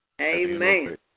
Amen